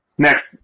Next